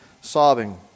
sobbing